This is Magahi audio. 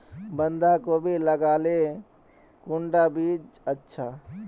बंधाकोबी लगाले कुंडा बीज अच्छा?